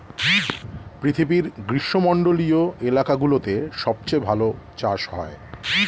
পৃথিবীর গ্রীষ্মমন্ডলীয় এলাকাগুলোতে সবচেয়ে ভালো চাষ হয়